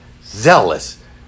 zealous